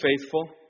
faithful